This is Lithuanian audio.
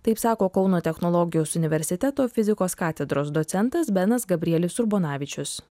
taip sako kauno technologijos universiteto fizikos katedros docentas benas gabrielis urbonavičius